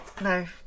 No